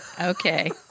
Okay